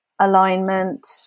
alignment